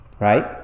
right